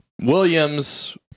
Williams